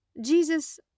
Jesus